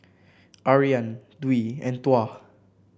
Aryan Dwi and Tuah